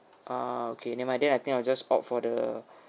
ah okay never mind I think I'll just opt for the